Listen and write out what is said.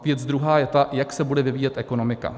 Věc druhá je, jak se bude vyvíjet ekonomika.